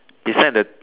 beside the